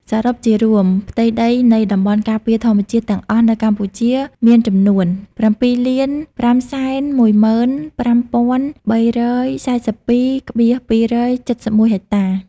សរុបជារួម ផ្ទៃដីនៃតំបន់ការពារធម្មជាតិទាំងអស់នៅកម្ពុជាមានចំនួន ៧,៥១៥,៣៤២.២៧១ ហិកតា។